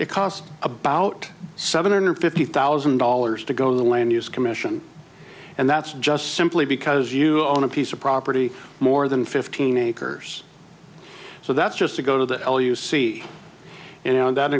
it cost about seven hundred fifty thousand dollars to go to the land use commission and that's just simply because you own a piece of property more than fifteen acres so that's just to go to the l you see and that